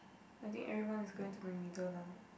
I think everyone is going to the middle now